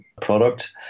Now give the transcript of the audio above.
product